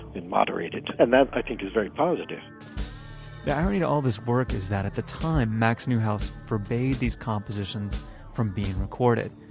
and moderated. and that, i think, is very positive the irony of all this work is that at the time, max neuhaus forbade these conversations from being recorded.